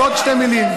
אז עוד שתי מילים.